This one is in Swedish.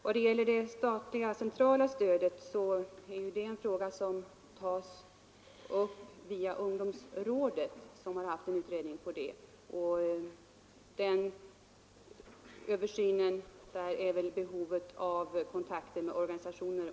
Frågan om det statliga stödet tas upp via ungdomsrådet, som här gjort en utredning.